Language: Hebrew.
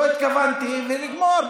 לא התכוונתי ולגמור,